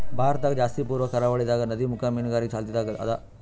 ಭಾರತದಾಗ್ ಜಾಸ್ತಿ ಪೂರ್ವ ಕರಾವಳಿದಾಗ್ ನದಿಮುಖ ಮೀನುಗಾರಿಕೆ ಚಾಲ್ತಿದಾಗ್ ಅದಾ